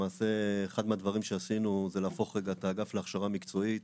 למעשה אחד מהדברים שעשינו זה להפוך את האגף להכשרה מקצועית